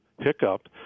hiccup